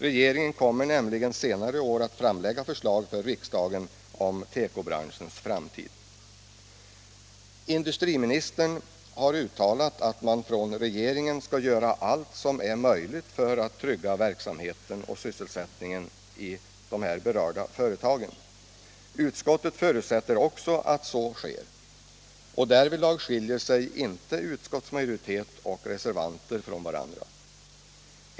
Regeringen kommer nämligen senare i år att framlägga förslag om tekobranschens framtid. Industriministern har uttalat att man från regeringen skall göra allt som är möjligt för att trygga verksamheten och sysselsättningen i de här berörda företagen. Utskottet förutsätter också att så sker. Därvidlag skiljer sig inte utskottsmajoritet och reservanter från varandra.